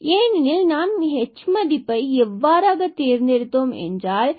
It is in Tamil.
ஏனெனில் நாம் h மதிப்பை எவ்வாறாக தேர்ந்தெடுத்தோம் என்றால் hrks0 ஆகும்